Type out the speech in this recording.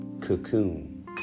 cocoon